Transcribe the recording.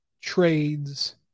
trades